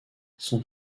son